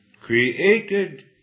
created